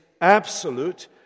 absolute